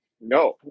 No